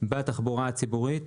בתחבורה הציבורית